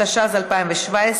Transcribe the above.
התשע"ז 2017,